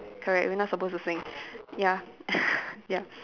correct we're not supposed to sing ya ya